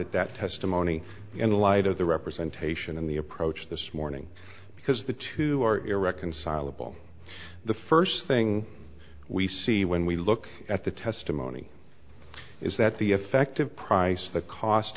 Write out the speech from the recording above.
at that testimony in light of the representation in the approach this morning because the two are irreconcilable the first thing we see when we look at the testimony is that the effective price the cost